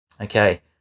Okay